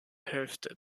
hälfte